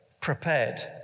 Prepared